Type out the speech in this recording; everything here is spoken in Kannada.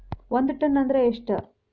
ಒಂದ್ ಟನ್ ಅಂದ್ರ ಎಷ್ಟ?